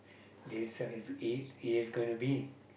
this is it is going to be